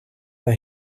that